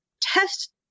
test